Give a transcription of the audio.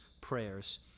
prayers